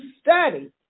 study